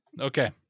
Okay